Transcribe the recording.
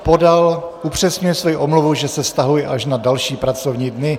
Podal upřesňuje svoji omluvu, že se vztahuje až na další pracovní dny.